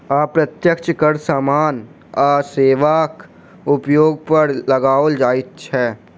अप्रत्यक्ष कर सामान आ सेवाक उपयोग पर लगाओल जाइत छै